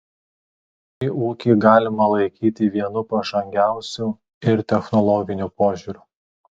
šį ūkį galima laikyti vienu pažangiausių ir technologiniu požiūriu